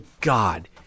God